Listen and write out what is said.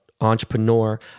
entrepreneur